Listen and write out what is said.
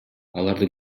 аларды